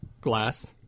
glass